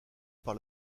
par